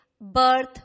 birth